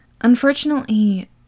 unfortunately